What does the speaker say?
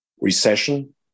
Recession